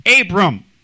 Abram